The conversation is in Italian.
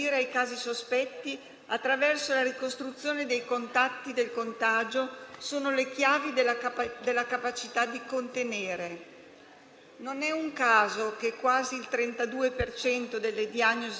In questo senso eviteremo i guai che stanno cominciando ad affrontare molti Paesi se sapremo tenere insieme la responsabilità sociale e civica diffusa.